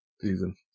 season